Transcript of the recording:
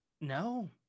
No